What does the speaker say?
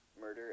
murder